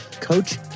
coach